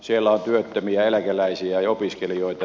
siellä on työttömiä eläkeläisiä ja opiskelijoita